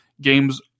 games